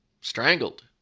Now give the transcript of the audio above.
strangled